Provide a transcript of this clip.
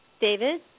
David